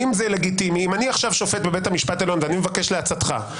אם אני עכשיו שופט בבית המשפט העליון ואני מבקש לעצתך,